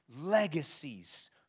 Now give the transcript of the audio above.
legacies